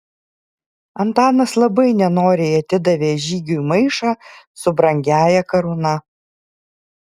antanas labai nenoriai atidavė žygiui maišą su brangiąja karūna